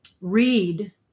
read